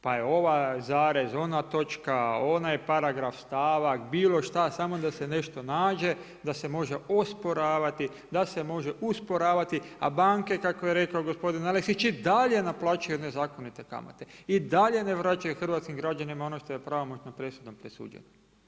Pa je ovaj zarez, ona točka, onaj paragraf, stavak, bilo šta samo da se nešto nađe da se može osporavati, da se može usporavati a banke kako je rekao gospodin Aleksić i dalje naplaćuju nezakonite kamate i dalje ne vraćaju hrvatskim građanima ono što je pravomoćnom presudom presuđeno.